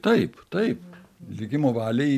taip taip likimo valiai